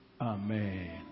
Amen